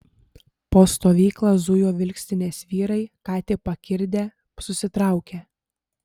po stovyklą zujo vilkstinės vyrai ką tik pakirdę susitraukę